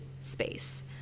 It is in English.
space